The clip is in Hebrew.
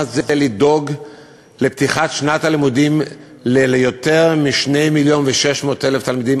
מה זה לדאוג לפתיחת שנת הלימודים ליותר מ-2.6 מיליון תלמידים?